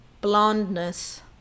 blondness